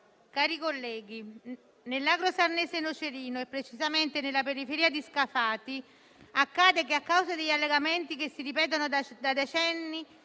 cari colleghi, nell'agro sarnese-nocerino (e, precisamente, nella periferia di Scafati) accade che, a causa degli allagamenti che si ripetono da decenni,